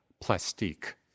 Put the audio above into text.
plastique